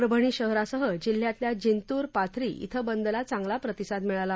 परभणी शहरासह जिल्ह्यातल्या जितूर पाथरी इथं बंदला चांगला प्रतिसाद मिळला